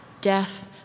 death